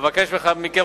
אבקש מכם,